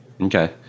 Okay